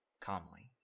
calmly